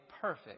perfect